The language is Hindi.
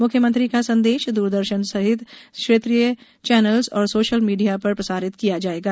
मुख्यमंत्री का संदेश दूरदर्शन सभी क्षेत्रीय चैनल्स और सोशल मीडिया पर प्रसारित किया जाएगा